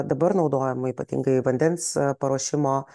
dabar naudojama ypatingai vandens paruošimo